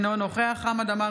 אינו נוכח חמד עמאר,